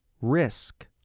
risk